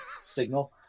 signal